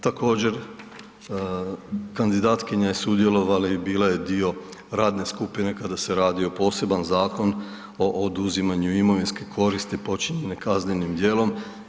Također kandidatkinja je sudjelovala i bila je dio radne skupine kada se radio poseban Zakon o oduzimanju imovinske koristi počinjene kaznenim djelom.